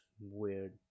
weird